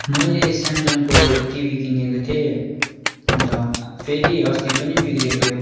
मैले स्यामसङको टिभी किनेको थिएँ अन्त फेरि अस्ति पनि बिग्रियो त्यो